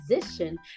position